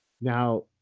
Now